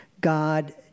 God